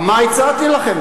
מה הצעתי לכם?